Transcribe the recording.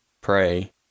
pray